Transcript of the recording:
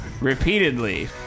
repeatedly